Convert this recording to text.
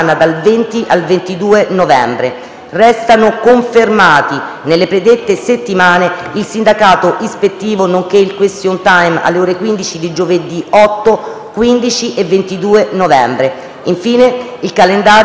Restano confermati nelle predette settimane il sindacato ispettivo nonché il *question time*, alle ore 15 di giovedì 8, 15 e 22 novembre. Infine, il calendario sarà integrato con la discussione